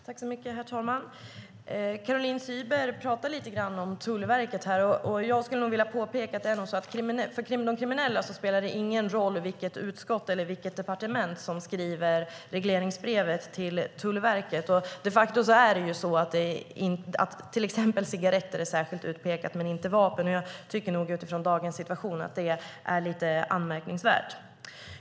Herr talman! Caroline Szyber pratar lite grann om Tullverket. Jag skulle nog vilja påpeka att det för de kriminella inte spelar någon roll vilket utskott eller vilket departement som skriver regleringsbrevet till Tullverket. De facto är cigaretter särskilt utpekade men inte vapen. Utifrån dagens situation tycker jag att det är lite anmärkningsvärt.